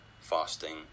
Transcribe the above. fasting